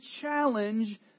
challenge